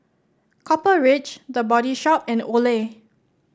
Copper Ridge The Body Shop and Olay